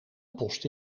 post